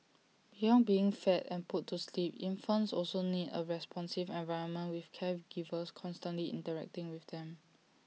beyond being fed and put to sleep infants also need A responsive environment with caregivers constantly interacting with them